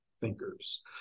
thinkers